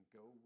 go